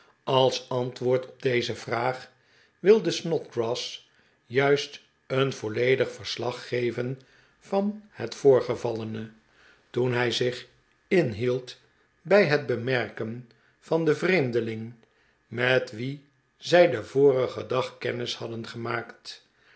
als antwoord op deze vraag wilde snodgrass juist een volledig verslag geven van het voorgevallene toen hij zich inhield bij het bemerken van den vreemdeling met wien zij den vorigen dag kennis hadden gemaakt